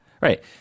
Right